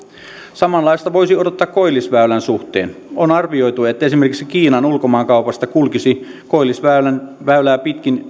samanlaista voisi odottaa koillisväylän suhteen on arvioitu että esimerkiksi kiinan ulkomaankaupasta kulkisi koillisväylää pitkin